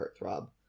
heartthrob